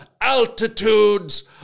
altitudes